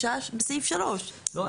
בסעיף 3. לא,